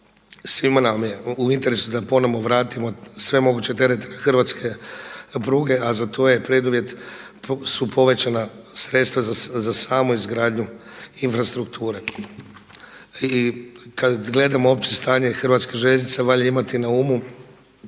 Svima nam je u interesu da ponovno vratimo sve moguće terete hrvatske pruge, a za to je preduvjet su povećana sredstva za samu izgradnju infrastrukture. I kad gledamo opće stanje Hrvatskih željeznica valja imati na umu